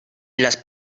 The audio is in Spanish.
las